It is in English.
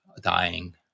dying